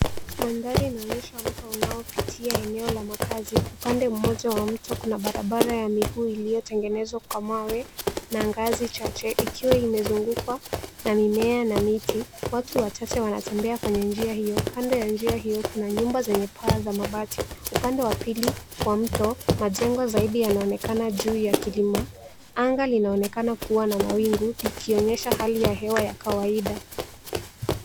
Mandhari inaonyesha mto unaopitia eneo la makazi. Upande mmoja wa mto kuna barabara ya miguu iliyotengenezwa kwa mawe na ngazi chache ikiwa imezungukwa na mimea na miti. Watu wachache wanatembea kwenye njia hiyo. Kando ya njia hiyo kuna nyumba zenye paa za mabati. Upande wa pili wa mto majengo zaidi yanaonekana juu ya kilima. Anga linaonekana kuwa na mawingu likionyesha hali ya hewa ya kawaida.